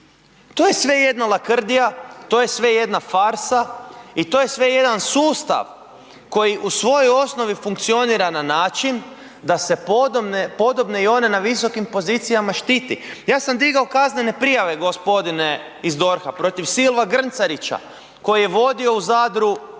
To je sve jedna lakrdija, to je sve jedna farsa i to je sve jedan sustav koji u svojoj osnovi funkcionira na način da se podobne i one na visokim pozicijama štiti. Ja sam digao kaznene prijave gospodine iz DORHA, protiv Silva Grncarića koji je vodio u Zadru